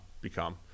become